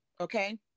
okay